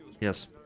Yes